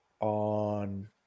on –